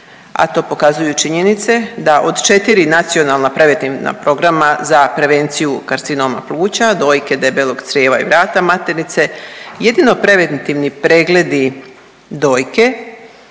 a to pokazuje činjenice da od 4 nacionalna preventivna programa za prevenciju karcinoma pluća, dojke, debelog crijeva i vrata maternice, jedino preventivni pregledi dojke